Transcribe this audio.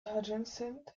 adjacent